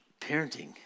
parenting